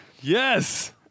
Yes